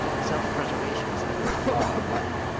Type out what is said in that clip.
self-preservation is the first law of life,